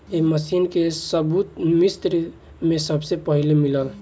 ए machine के सबूत मिस्र में सबसे पहिले मिलल